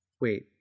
wait